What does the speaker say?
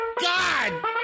God